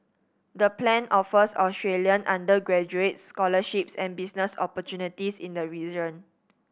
the plan offers Australian undergraduates scholarships and business opportunities in the region